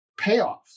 payoffs